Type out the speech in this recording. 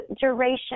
duration